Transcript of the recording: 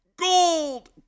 gold